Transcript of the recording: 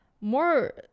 more